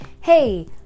hey